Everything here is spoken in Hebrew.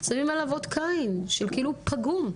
שמים עליו אות קין של כאילו פגום,